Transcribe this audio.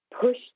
push